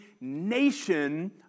nation